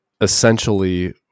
essentially